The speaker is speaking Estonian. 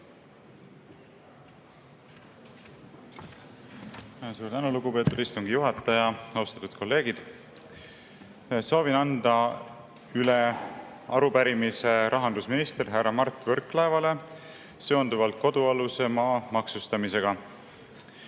tänu, lugupeetud istungi juhataja! Austatud kolleegid! Soovin anda üle arupärimise rahandusminister härra Mart Võrklaevale. See seondub kodualuse maa maksustamisega.